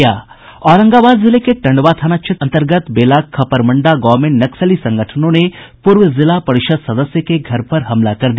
औरंगाबाद जिले के टंडवा थाना क्षेत्र अंतर्गत बेला खपरमंडा गांव में नक्सली संगठनों ने पूर्व जिला परिषद सदस्य के घर पर हमला कर दिया